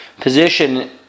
position